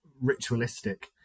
ritualistic